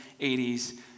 80s